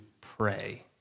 pray